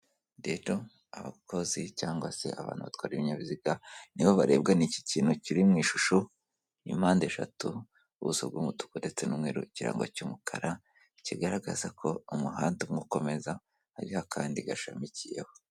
Rero abakozi cyangwa se abantu batwara ibinyabiziga, ni bo barebwa n'iki kintu kiri mu ishusho y'impande eshatu, ubuso bw'umutuku ndetse n'umweru, ikirango cy'umukara kigaragaza ko umuhanda umwe ukomeza, hariho akandi gashamikiyeho.